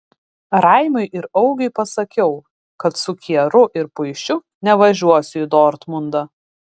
raimiui ir augiui pasakiau kad su kieru ir puišiu nevažiuosiu į dortmundą